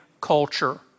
culture